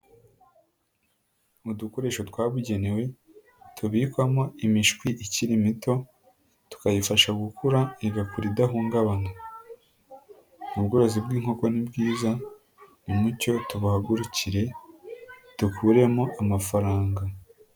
Mu dukoresho twabugenewe tubikwamo imishwi iki mito, tukayifasha gukura igakura idahungabana, ubworozi bw'inkoko ni bwiza, nimucyo tubahagurukire dukuremo amafaranga.